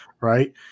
Right